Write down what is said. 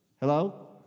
Hello